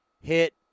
Hit